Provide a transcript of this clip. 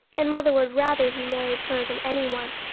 and mother would rather he married her than any one.